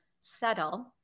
settle